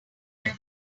one